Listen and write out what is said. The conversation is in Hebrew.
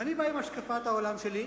ואני בא עם השקפת העולם שלי.